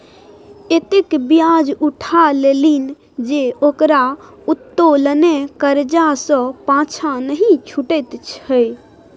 एतेक ब्याज उठा लेलनि जे ओकरा उत्तोलने करजा सँ पाँछा नहि छुटैत छै